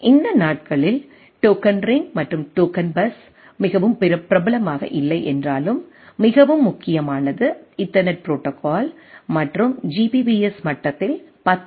இந்த நாட்களில் token ring மற்றும் டோக்கன் பஸ் மிகவும் பிரபலமாக இல்லை என்றாலும் மிகவும் முக்கியமானது ஈதர்நெட் ப்ரோடோகால் மற்றும் ஜிபிபிஎஸ் மட்டத்தில் 10 எம்